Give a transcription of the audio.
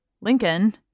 Lincoln